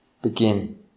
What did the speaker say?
Begin